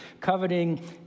Coveting